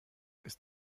ist